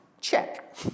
check